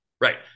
Right